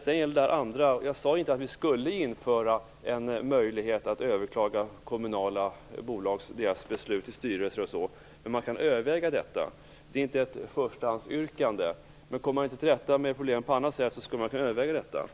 sedan gäller den andra frågan sade jag inte att vi skall införa en möjlighet att överklaga kommunala bolags beslut i styrelsen osv. utan att man kan överväga detta. Det är inte ett förstahandsyrkande, men om man inte kommer till rätta med problemen på annat sätt, skulle man kunna överväga detta.